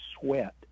sweat